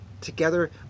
together